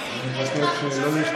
אני מבקש לא להשתמש,